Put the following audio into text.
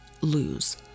lose